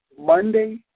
Monday